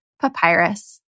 papyrus